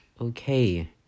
okay